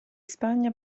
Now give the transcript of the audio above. spagna